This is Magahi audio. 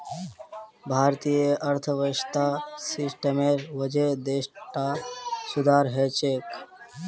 भारतीय अर्थव्यवस्था सिस्टमेर वजह देशत सुधार ह छेक